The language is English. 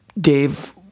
Dave